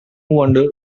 wonder